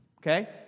Okay